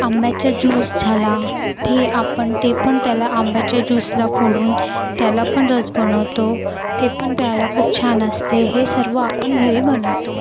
आंब्याचा ज्यूस झाला ते आपण ते पण त्याला आंब्याच्या ज्यूसला फोडून त्याला पण रस बनवतो ते पण प्यायला खूप छान असते हे सर्व आपण घरी बनवतो